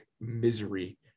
misery